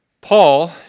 Paul